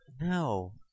No